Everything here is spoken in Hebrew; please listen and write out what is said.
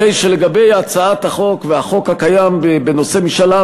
הרי שלגבי הצעת החוק והחוק הקיים בנושא משאל עם